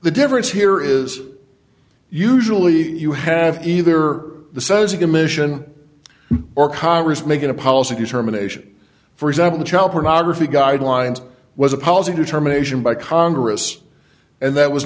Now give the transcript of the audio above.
the difference here is usually you have either the says a commission or congress making a policy is herman ation for example the child pornography guidelines was a policy to terminations by congress and that was